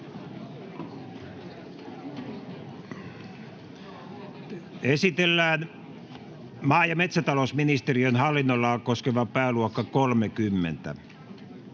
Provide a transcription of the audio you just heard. Esitellään maa- ja metsätalousministeriön hallinnonalaa koskeva pääluokka 30.